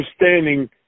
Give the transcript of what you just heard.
understanding